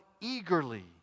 eagerly